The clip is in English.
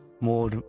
more